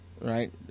right